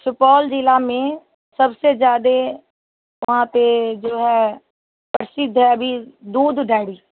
सुपौल ज़िले में सबसे ज़्यादा वहाँ पर जाे है प्रसिद्ध है अभी दूध डायरी